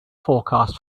forecast